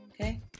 okay